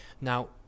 Now